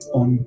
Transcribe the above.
on